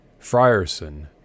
Frierson